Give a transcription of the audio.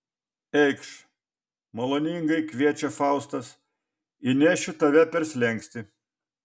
eikš maloningai kviečia faustas įnešiu tave per slenkstį